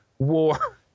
war